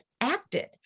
acted